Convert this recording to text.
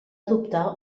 adoptar